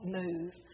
move